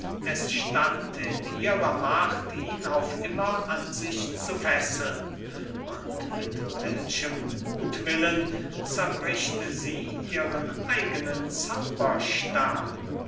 es stand in ihrer macht ihn auf immer an sich zu fesseln und mit welchem muthwillen zerbricht sie ihren eigenen zauberstab